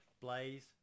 Blaze